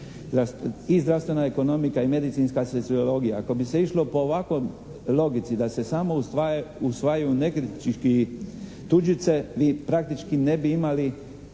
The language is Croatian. i zdravstvena ekonomika i medicinska sociologija. Ako bi se išlo po ovakvoj logici da se samo usvajaju … /Govornik se ne razumije./ … tuđice mi praktički ne bi imali